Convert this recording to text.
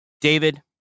David